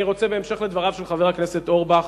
בהמשך לדבריו של חבר הכנסת אורבך,